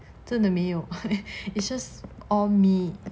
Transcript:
真的没有 it's just all me